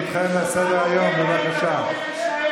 לסדר-היום, בבקשה.